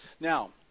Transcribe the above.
Now